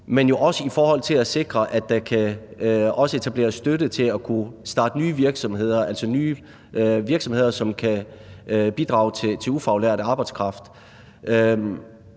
men jo også i forhold til at sikre, at der også kan etableres støtte til at kunne starte nye virksomheder, altså virksomheder, som kan bidrage til ufaglært arbejdskraft.